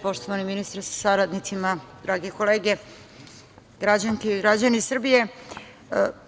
Poštovani ministre sa saradnicima, drage kolege, građanke i građani Srbije,